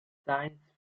science